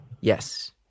Yes